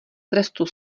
trestu